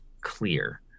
clear